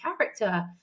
character